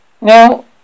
Now